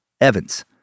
Evans